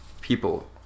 people